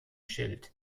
schild